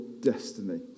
destiny